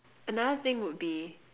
another thing would be